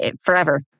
forever